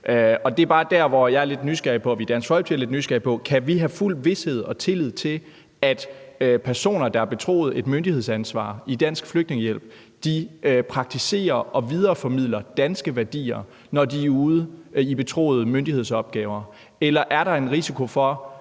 sag. Det er bare der, hvor jeg og Dansk Folkeparti er lidt nysgerrige. Kan vi kan have fuld vished om og tillid til, at personer, der er betroet et myndighedsansvar i Dansk Flygtningehjælp, praktiserer og videreformidler danske værdier, når de er ude at varetage betroede myndighedsopgaver? Eller er der en risiko for